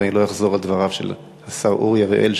ואני לא אחזור על דבריו של השר אורי אריאל,